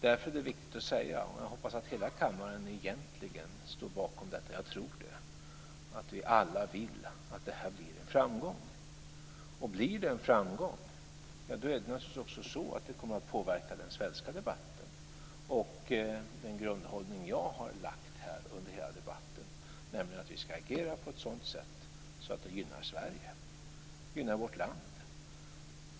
Därför är det viktigt att säga, jag hoppas att hela kammaren egentligen står bakom detta och jag tror att det också är så, att vi alla vill att det här blir en framgång. Blir det en framgång är det naturligtvis också så att det kommer att påverka den svenska debatten. Den grundhållning jag har haft under hela debatten är att vi ska agera på ett sådant sätt att det gynnar Sverige, att det gynnar vårt land.